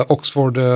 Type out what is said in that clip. Oxford